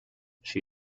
she